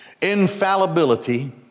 infallibility